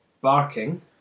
Barking